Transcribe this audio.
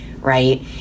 right